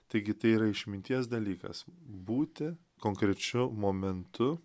taigi tai yra išminties dalykas būti konkrečiu momentu